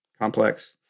complex